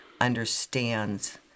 understands